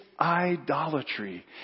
idolatry